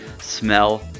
smell